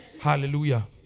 Hallelujah